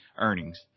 earnings